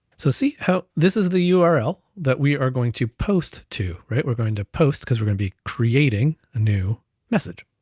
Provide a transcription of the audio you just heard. so see how this is the yeah url that we are going to post to, right? we're going to post, because we're gonna be creating a new message.